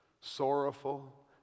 sorrowful